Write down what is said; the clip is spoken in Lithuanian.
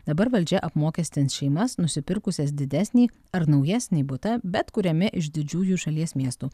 dabar valdžia apmokestins šeimas nusipirkusias didesnį ar naujesnį butą bet kuriame iš didžiųjų šalies miestų